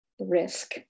risk